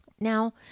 Now